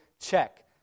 Check